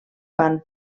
van